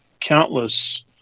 countless